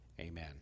Amen